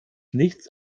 nichts